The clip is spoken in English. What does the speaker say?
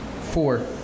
Four